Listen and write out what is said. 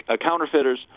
counterfeiters